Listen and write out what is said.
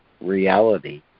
reality